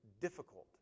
difficult